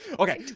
okay,